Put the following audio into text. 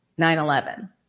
9-11